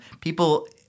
people